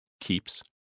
Keeps